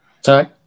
Sorry